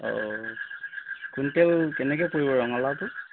অ' quintal কেনেকৈ পৰিব ৰঙালাউটো